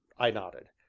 i nodded.